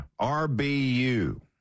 RBU